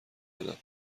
بدم